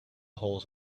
holes